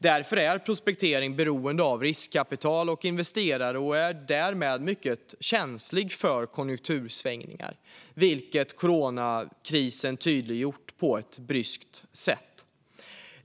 Därför är prospekteringen beroende av riskkapital och investerare och är därmed mycket känslig för konjunktursvängningar, vilket coronakrisen tydliggjort på ett bryskt sätt.